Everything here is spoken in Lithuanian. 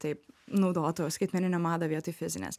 taip naudotų skaitmeninę mada vietoj fizinės